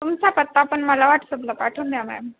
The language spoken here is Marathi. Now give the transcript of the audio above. तुमचा पत्ता पण मला वॉट्सअपला पाठवून द्या मॅम